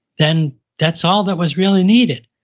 then that's all that was really needed.